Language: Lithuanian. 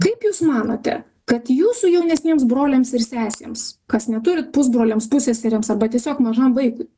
kaip jūs manote kad jūsų jaunesniems broliams ir sesėms kas neturit pusbroliams pusseserėms arba tiesiog mažam vaikui